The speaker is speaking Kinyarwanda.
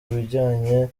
bijyanye